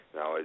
Now